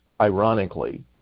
ironically